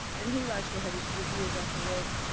and he likes to have his few beers after work,